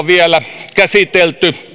vielä käsitelty